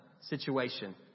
situation